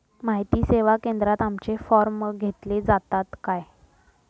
माहिती सेवा केंद्रात आमचे फॉर्म घेतले जातात काय?